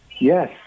Yes